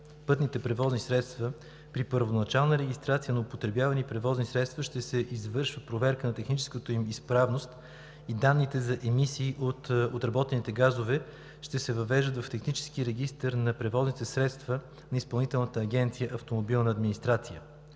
пътните превозни средства при първоначална регистрация на употребявани превозни средства ще се извършва проверка на техническата им изправност и данните за емисии от отработените газове ще се въвеждат в технически регистър на превозните средства на Изпълнителна агенция „Автомобилна администрация“.